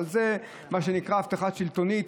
אבל זה מה שנקרא הבטחה שלטונית,